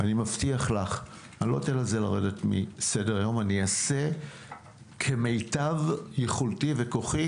אני מבטיח לך שלא אתן לזה לרדת מסדר היום ואני אעשה כמיטב יכולתי וכוחי,